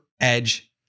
edge